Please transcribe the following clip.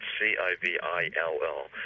C-I-V-I-L-L